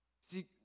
See